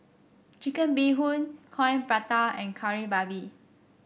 Chicken Bee Hoon Coin Prata and Kari Babi